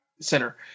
center